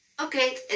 Okay